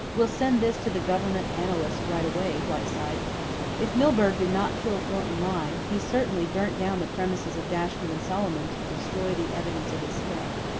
we'll send this to the government analyst right away, whiteside if milburgh did not kill thornton lyne, he certainly burnt down the premises of dashwood and solomon to destroy the evidence of his theft.